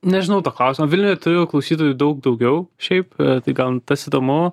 nežinau to klausimo vilniuje turiu klausytojų daug daugiau šiaip tai gan tas įdomu